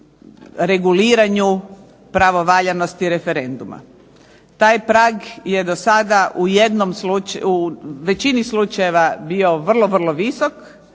reguliranju pravovaljanosti referenduma. Taj prag je u većini slučajeva bio vrlo, vrlo visok,